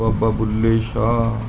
ਬਾਬਾ Bulleh ਸ਼ਾਹ